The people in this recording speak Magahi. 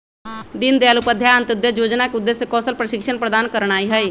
दीनदयाल उपाध्याय अंत्योदय जोजना के उद्देश्य कौशल प्रशिक्षण प्रदान करनाइ हइ